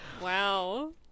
Wow